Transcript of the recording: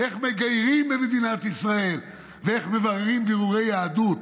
איך מגיירים במדינת ישראל ואיך מבררים בירורי יהדות,